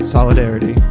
Solidarity